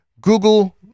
Google